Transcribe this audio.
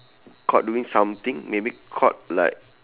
caught doing something maybe caught like